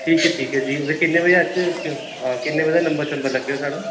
ठीक ऐ ठीक ऐ जी ते किन्ने बजे आचै अस किन्ने बजे दा नंबर शंबर लग्गग साढ़ा